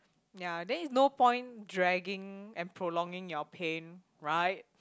ya then is no point dragging and prolonging your pain right